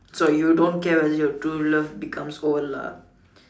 so you don't care whether your true love becomes old lah